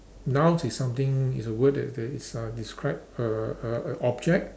nouns is something is a word that that is uh describe a a a object